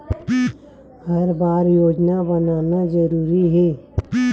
हर बार योजना बनाना जरूरी है?